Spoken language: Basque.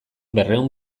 berrehun